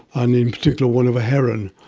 and in particular one of a heron.